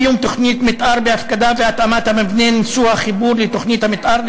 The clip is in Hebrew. קיום תוכנית מתאר בהפקדה והתאמת המבנה נשוא החיבור לתוכנית המתאר,